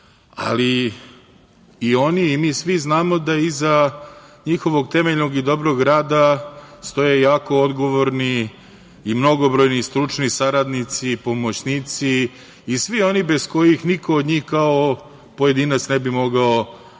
ali i oni i mi svi znamo da iza njihovog temeljnog i dobrog rada stoje jako odgovorni i mnogobrojni stručni saradnici i pomoćnici i svi oni bez kojih niko od njih kao pojedinac ne bi mogao da ovakav